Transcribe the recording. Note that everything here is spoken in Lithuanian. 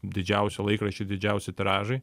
didžiausio laikraščio didžiausi tiražai